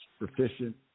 proficient